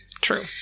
True